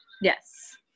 Yes